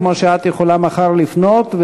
כמו שאת יכולה מחר לפנות,